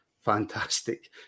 fantastic